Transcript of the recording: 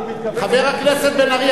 חבר הכנסת בן-ארי,